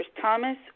Thomas